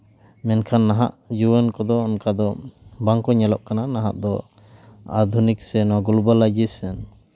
ᱢᱮᱱᱠᱷᱟᱱ ᱱᱟᱦᱟᱜ ᱡᱩᱣᱟᱹᱱ ᱠᱚᱫᱚ ᱚᱱᱠᱟ ᱫᱚ ᱵᱟᱝᱠᱚ ᱧᱮᱞᱚᱜ ᱠᱟᱱᱟ ᱱᱟᱦᱟᱜ ᱫᱚ ᱚᱱᱠᱟ ᱫᱚ ᱟᱫᱷᱩᱱᱤᱠ ᱥᱮ ᱜᱞᱳᱵᱟᱞ ᱞᱟᱭᱡᱮᱥᱮᱱ